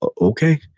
Okay